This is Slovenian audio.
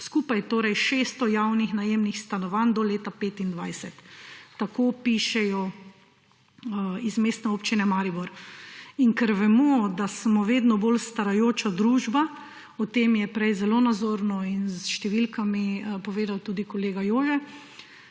skupaj torej 600 javnih najemnih stanovanj do leta 2025, tako pišejo iz Mestne občine Maribor. In ker vemo, da smo vedno bolj starajoča se družba, o tem je prej zelo nazorno in s številkami povedal tudi kolega Jože